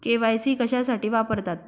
KYC कशासाठी वापरतात?